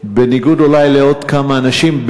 בניגוד אולי לעוד כמה אנשים,